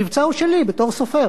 המבצע הוא שלי, בתור סופר.